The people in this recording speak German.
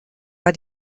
war